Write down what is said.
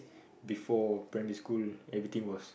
before primary school everything was